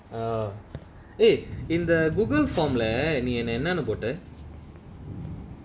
ah eh in the google form lah நீ என்ன என்னனு போட்ட:nee enna ennanu pota